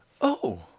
Oh